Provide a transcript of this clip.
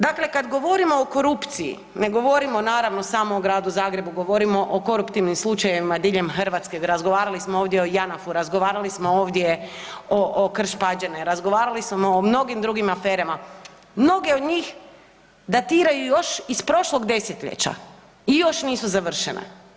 Dakle, kad govorimo o korupciji ne govorimo naravno samo o Gradu Zagrebu, govorimo o koruptivnim slučajevima diljem Hrvatske, razgovarali smo ovdje o JANAF-u, razgovarali smo ovdje o Krš-Pađene, razgovarali smo o mnogim drugim aferama, mnoge od njih datiraju još iz prošlog desetljeća i još nisu završene.